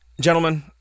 Gentlemen